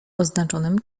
oznaczonym